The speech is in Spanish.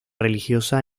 religiosa